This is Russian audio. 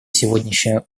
сегодняшнее